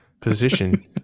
position